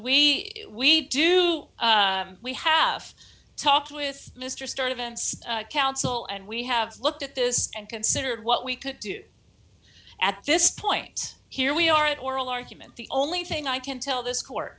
we we do we have talked with mr stern events counsel and we have looked at this and considered what we could do at this point here we are at oral argument the only thing i can tell th